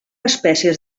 espècies